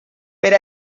per